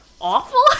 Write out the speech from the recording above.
awful